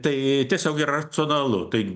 tai tiesiog yra racionalu tai